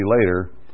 later